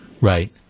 Right